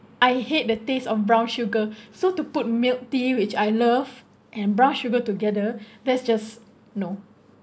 I hate the taste of brown sugar so to put milk tea which I love and brown sugar together that's just no